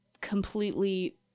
completely